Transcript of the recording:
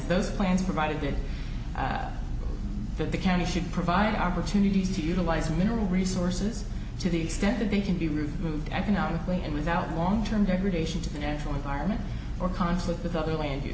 those plans provided that the county should provide opportunities to utilize mineral resources to the extent that they can be rude economically and without long term degradation to the natural environment or conflict with other land